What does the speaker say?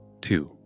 Two